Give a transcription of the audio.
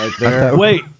Wait